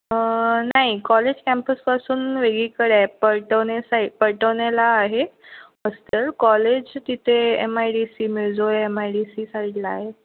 नाही कॉलेज कॅम्पसपासून वेगळीकडे आहे पळटवने साई पळटवण्याला आहे हॉस्टेल कॉलेज तिथे M I D C Mirjole M I D C साईडला आहे